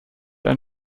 ein